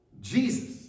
Jesus